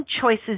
choices